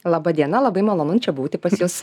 laba diena labai malonu čia būti pas jus